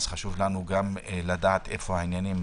גם ביקשתי בישיבה הקודמת,